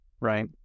right